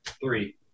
three